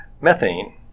methane